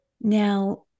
Now